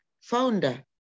founder